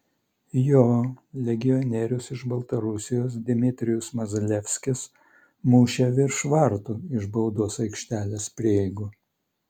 jo legionierius iš baltarusijos dmitrijus mazalevskis mušė virš vartų iš baudos aikštelės prieigų